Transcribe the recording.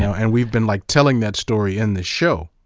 and we've been like telling that story in this show.